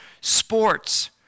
sports